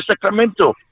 Sacramento